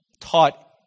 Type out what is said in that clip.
taught